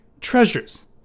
treasures